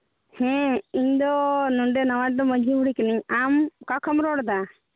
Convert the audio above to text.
ᱦᱮᱸ ᱤᱧᱫᱚ ᱱᱚᱰᱮ ᱱᱟᱣᱟ ᱢᱟᱺᱡᱷᱤ ᱵᱩᱲᱦᱤ ᱠᱟᱹᱱᱟᱹᱧ ᱟᱢ ᱚᱠᱟ ᱠᱷᱚᱱ ᱮᱢ ᱨᱚᱲᱫᱟ